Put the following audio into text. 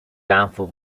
downfall